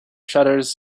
shutters